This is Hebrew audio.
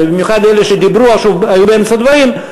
ובמיוחד אלה שהיו באמצע הדברים,